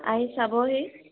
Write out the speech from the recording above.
আহি চাবহি